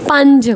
ਪੰਜ